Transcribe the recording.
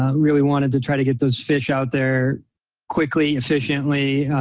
ah really wanted to try to get those fish out there quickly, efficiently,